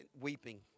weeping